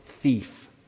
thief